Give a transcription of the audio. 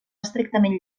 estrictament